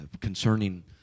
concerning